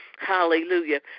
Hallelujah